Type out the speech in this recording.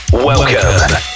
Welcome